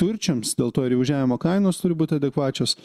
turčiams dėl to ir įvažiavimo kainos turi būt adekvačios